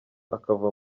akava